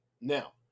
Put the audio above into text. now